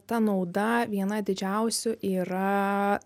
ta nauda viena didžiausių yra